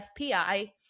FPI